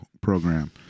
program